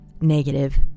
negative